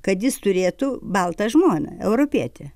kad jis turėtų baltą žmoną europietę